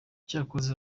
cyakoze